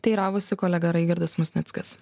teiravosi kolega raigardas musnickas